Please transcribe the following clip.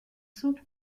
sur